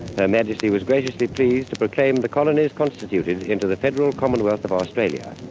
her majesty was graciously pleased to proclaim the colonies constituted into the federal commonwealth of australia.